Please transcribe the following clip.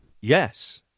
Yes